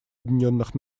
объединенных